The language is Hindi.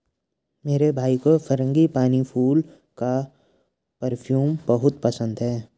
मेरे भाई को फ्रांगीपानी फूल का परफ्यूम बहुत पसंद है